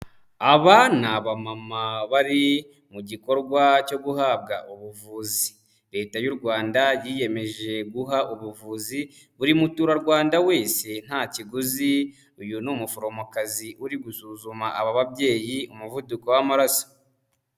Aba ni abamama bari mu gikorwa cyo guhabwa ubuvuzi. Leta y'u Rwanda yiyemeje guha ubuvuzi buri muturarwanda wese nta kiguzi, uyu ni umuforomokazi uri gusuzuma aba babyeyi umuvuduko w'amaraso.